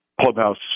clubhouse